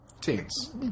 teens